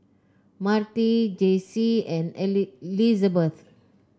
Marti Jaycie and Lizabeth